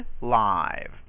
Live